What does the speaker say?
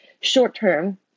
short-term